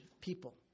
people